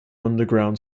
underground